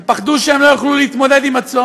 הם פחדו שהם לא יוכלו להתמודד עם הצום,